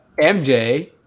MJ